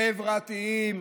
חברתיים,